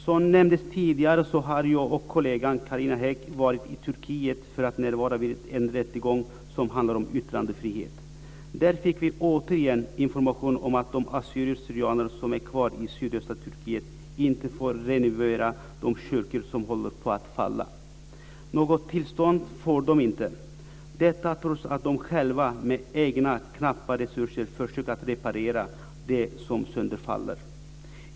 Som nämndes tidigare har jag och kollegan Carina Hägg varit i Turkiet för att närvara vid en rättegång som handlade om yttrandefrihet. Där fick vi återigen information om att de assyrier/syrianer som är kvar i sydöstra Turkiet inte får renovera de kyrkor som håller på att falla. Något tillstånd får de inte - detta trots att de själva med egna knappa resurser försöker reparera det som sönderfaller.